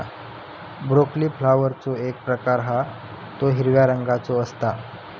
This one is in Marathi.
ब्रोकली फ्लॉवरचो एक प्रकार हा तो हिरव्या रंगाचो असता